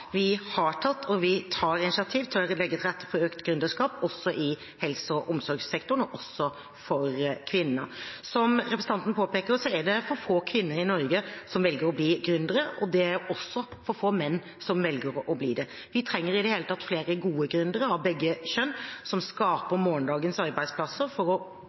vi har tatt og vi tar initiativ til å legge til rette for økt gründerskap – også i helse- og omsorgssektoren og også for kvinner. Som representanten påpeker, er det for få kvinner i Norge som velger å bli gründere, og det er også for få menn som velger å bli det. Vi trenger i det hele tatt flere gode gründere – av begge kjønn – som skaper morgendagens arbeidsplasser. For å